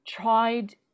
tried